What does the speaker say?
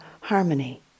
harmony